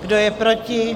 Kdo je proti?